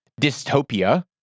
dystopia